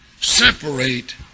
separate